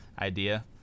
idea